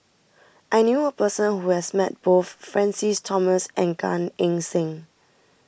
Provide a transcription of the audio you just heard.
I knew a person who has met both Francis Thomas and Gan Eng Seng